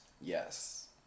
Yes